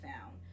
found